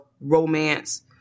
romance